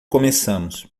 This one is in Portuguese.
começamos